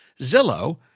Zillow